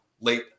late